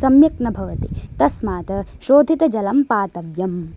सम्यक् न भवति तस्मात् शोद्धितजलं पातव्यम्